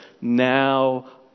Now